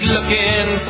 looking